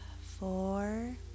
Four